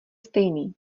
stejný